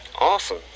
Awesome